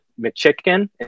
McChicken